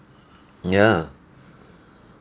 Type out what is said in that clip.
ya